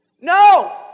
No